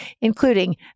including